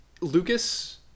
Lucas